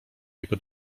jego